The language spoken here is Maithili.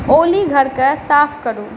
ओली घरके साफ करू